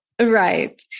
Right